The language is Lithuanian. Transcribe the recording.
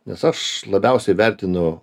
nes aš labiausiai vertinu